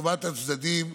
לטובת הצדדים,